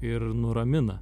ir nuramina